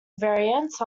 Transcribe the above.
variants